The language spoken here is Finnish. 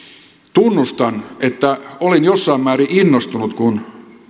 tunnustan että olin jossain määrin innostunut kun